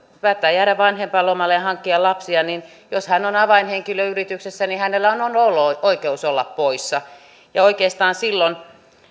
päättää jäädä vanhempainlomalle ja hankkia lapsia on avainhenkilö yrityksessä niin hänellähän on oikeus olla poissa silloin